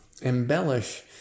embellish